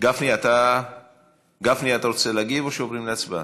גפני , אתה רוצה להגיב או שעוברים להצבעה?